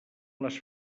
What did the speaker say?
les